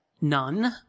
None